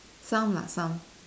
some lah some